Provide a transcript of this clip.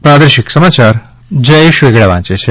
પ્રાદેશિક સમાચાર જયેશ વેગડા વાંચે છે